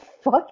fuck